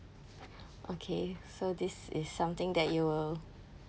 okay so this is something that you will